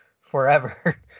forever